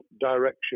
direction